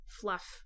fluff